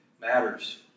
matters